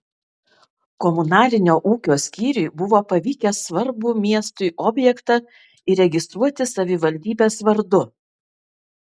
komunalinio ūkio skyriui buvo pavykę svarbų miestui objektą įregistruoti savivaldybės vardu